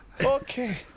Okay